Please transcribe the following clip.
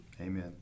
Amen